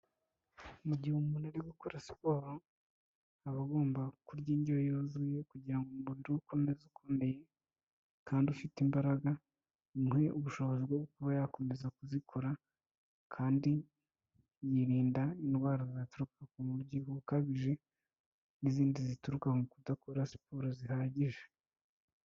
Mu gihe umuntu ari gukora siporo, aba agomba kurya indyo yuzuye kugira ngo umubiri we ukomeze ukomeye kandi ufite imbaraga, bimuhe ubushobozi bwo kuba yakomeza kuzikora kandi yirinda indwara zaturuka ku mubyibuho ukabije n'izindi zituruka mu kudakora siporo zihagije.